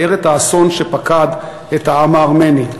תיאר את האסון שפקד את העם הארמני.